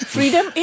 Freedom